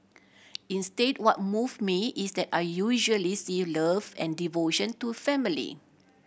instead what move me is that I usually see love and devotion to family